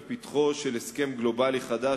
בפתחו של הסכם גלובלי חדש,